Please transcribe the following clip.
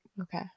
Okay